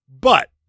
but-